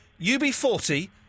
UB40